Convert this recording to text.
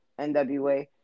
NWA